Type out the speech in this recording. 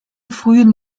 frühen